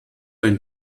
ein